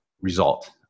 result